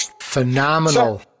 Phenomenal